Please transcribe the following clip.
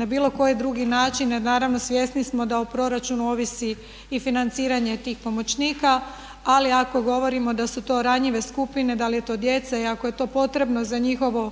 na bilo koji drugi način jer naravno svjesni smo da o proračunu ovisi i financiranje tih pomoćnika ali ako govorimo da su to ranjive skupine, da li je to djeca i ako je to potrebno za njihovo